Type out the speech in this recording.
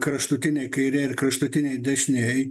kraštutiniai kairieji ir kraštutiniai dešinieji